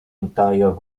entire